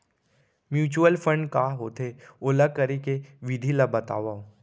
mutual fund का होथे, ओला करे के विधि ला बतावव